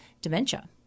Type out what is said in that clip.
dementia